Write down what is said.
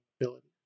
ability